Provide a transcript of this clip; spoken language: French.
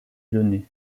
lyonnais